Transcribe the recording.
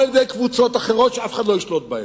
או על-ידי קבוצות אחרות שאף אחד לא ישלוט בהן.